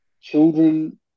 children